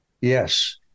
Yes